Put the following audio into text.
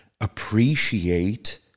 appreciate